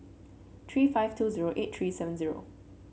three five two zero eight three seven zero